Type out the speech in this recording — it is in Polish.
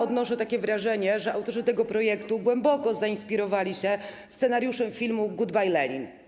Odnoszę wrażenie, że autorzy tego projektu głęboko zainspirowali się scenariuszem filmu „Goodbay Lenin!